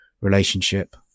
relationship